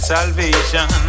salvation